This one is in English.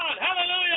Hallelujah